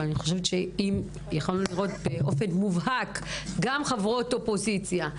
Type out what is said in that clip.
אבל אני חושבת שאם יכולנו לראות באופן מובהק גם חברות אופוזיציה,